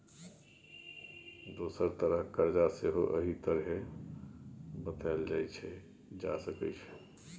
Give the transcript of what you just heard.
दोसर तरहक करजा सेहो एहि तरहें बताएल जा सकै छै